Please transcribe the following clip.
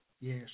yes